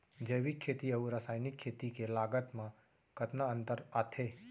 जैविक खेती अऊ रसायनिक खेती के लागत मा कतना अंतर आथे?